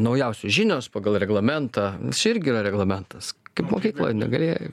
naujausios žinios pagal reglamentą čia irgi yra reglamentas kaip mokykloj negali